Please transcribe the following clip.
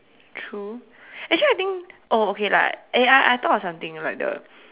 true actually I think oh okay lah eh I I thought of something like the